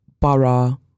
Borough